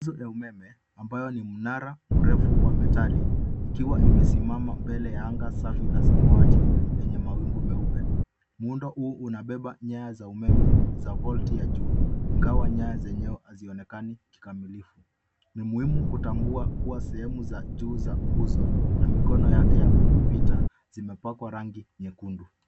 Nguzo ya umeme ambayo ni mnara mrefu wa metali ukiwa umesimama nbele ya anga la samawati yenye mawingu meupe. Muundo huu unabeba nyaya za umeme za volti ya juu ingawa nyaya zenyewe hazionekani kikamilifu. Ni muhumu kutambua kuwa sehemu za juu za nguzo na mikono yake ya kupita zimepakwa rangi nyekundu.